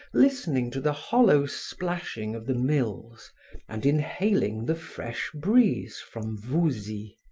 listening to the hollow splashing of the mills and inhaling the fresh breeze from voulzie.